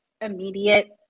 immediate